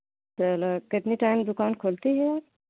चलो कितने टाइम दुकान खोलती हैं आप